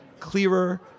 clearer